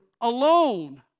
alone